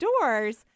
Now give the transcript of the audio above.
doors